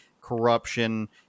corruption